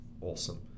Awesome